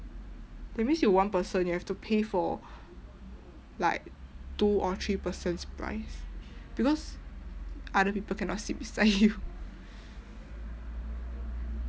that means you one person you have to pay for like two or three persons' price because other people cannot sit beside you